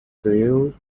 still